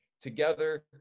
together